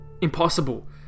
impossible